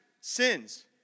sins